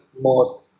more